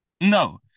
No